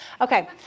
Okay